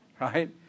right